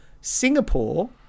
Singapore